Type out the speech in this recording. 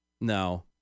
no